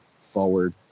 forward